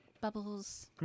Bubbles